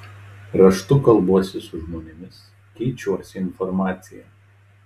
raštu kalbuosi su žmonėmis keičiuosi informacija